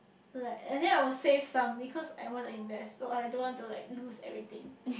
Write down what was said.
like and then I will save some because I want to invest so I don't want to like lose everything